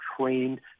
trained